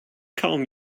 kaum